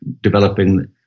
developing